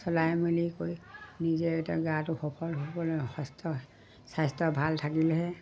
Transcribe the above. চলাই মেলি কৰি নিজে এতিয়া গাটো সফল হ'বলৈ সুস্থ স্বাস্থ্য ভাল থাকিলেহে